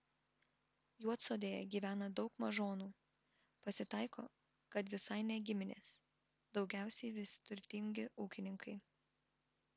juodsodėje gyvena daug mažonų pasitaiko kad visai ne giminės daugiausiai vis turtingi ūkininkai